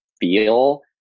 feel